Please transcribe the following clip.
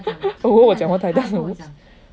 我以为我讲话太大声